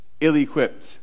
ill-equipped